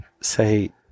Say